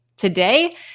Today